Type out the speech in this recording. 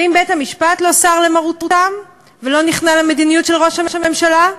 ואם בית-המשפט לא סר למרותם ולא נכנע למדיניות של ראש הממשלה,